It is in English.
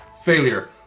failure